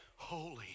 Holy